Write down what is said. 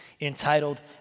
entitled